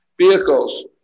Vehicles